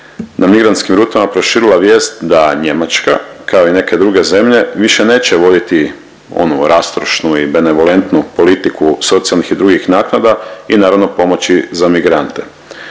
na migrantskim rutama proširila vijest da Njemačka, kao i neke druge zemlje više neće voditi onu rastrošnu i benevolentnu politiku socijalnih i drugih naknada i naravno pomoći za migrante.